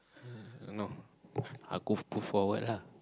err no I'll go go forward lah